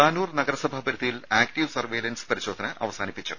താനൂർ നഗരസഭാ പരിധിയിൽ active surveillance പരിശോധന അവസാനിച്ചു